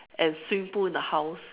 and swimming pool in the house